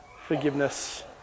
forgiveness